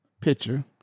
picture